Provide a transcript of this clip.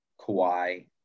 Kawhi